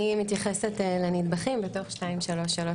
אני מתייחסת לנדבכים בתוך 2331,